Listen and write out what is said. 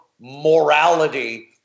morality